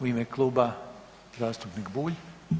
U ime kluba zastupnik Bulj.